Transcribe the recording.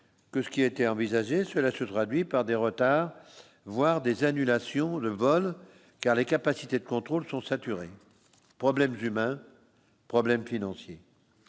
que ce qui était envisagé, cela se traduit par des retards, voire des annulations de vols, car les capacités de contrôle sont saturés, problèmes humains, problèmes financiers,